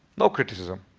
no criticism.